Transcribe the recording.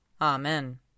Amen